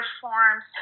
forms